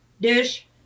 dish